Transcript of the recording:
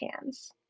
hands